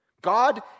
God